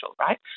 right